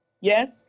Yes